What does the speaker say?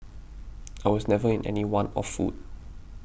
I was never in any want of food